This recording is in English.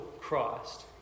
Christ